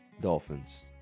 Dolphins